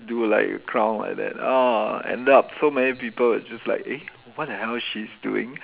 do like a clown like that ah ended up so many people just like eh what the hell is she's doing